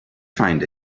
find